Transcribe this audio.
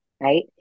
right